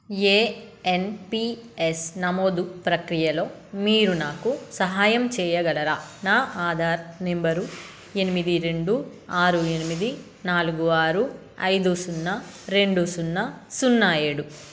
ఏ N P S నమోదు ప్రక్రియలో మీరు నాకు సహాయం చెయ్యగలరా నా ఆధార్ నెంబరు ఎనిమిది రెండు ఆరు ఎనిమిది నాలుగు ఆరు ఐదు సున్నా రెండు సున్నా సున్నా ఏడు